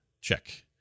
Check